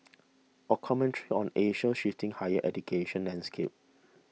a commentary on Asia's shifting higher education landscape